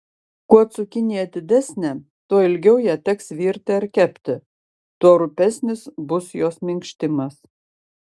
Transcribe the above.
kuo cukinija didesnė tuo ilgiau ją teks virti ar kepti tuo rupesnis bus jos minkštimas